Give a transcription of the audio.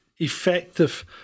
effective